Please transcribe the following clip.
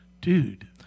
Dude